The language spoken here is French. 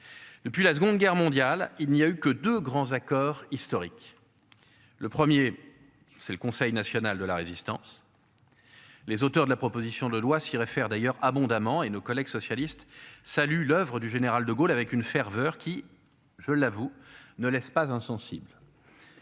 Depuis la Seconde Guerre mondiale. Il n'y a eu que 2 grands accords historiques. Le 1er c'est le Conseil national de la Résistance. Les auteurs de la proposition de loi s'y réfère d'ailleurs abondamment et nos collègues socialistes saluent l'oeuvre du général De Gaulle avec une ferveur qui, je l'avoue ne laisse pas insensible.